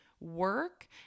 work